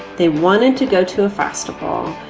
they wanted to go to a festival.